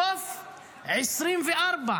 סוף 2024,